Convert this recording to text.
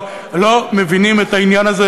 לא מבינים את העניין הזה.